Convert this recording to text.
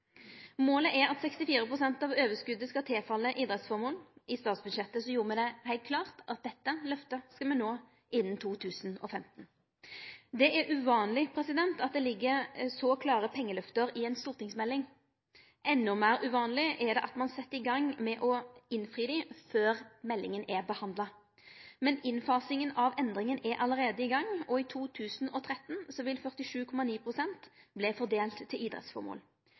Målet er at 64 pst. av overskotet skal gå til idrettsformål. I statsbudsjettet gjorde me det heilt klart at dette løftet skal me nå innan 2015. Det er uvanleg at det ligg så klare pengeløfte i ei stortingsmelding. Endå meir uvanleg er det at ein set i gang med å innfri dei, før meldinga er behandla. Men innfasinga av endringa er allereie i gang, og i 2013 vil 47,9 pst. verte fordelte til